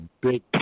big